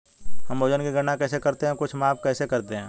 हम वजन की गणना कैसे करते हैं और कुछ माप कैसे करते हैं?